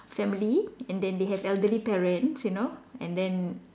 family and then they have elderly parents you know and then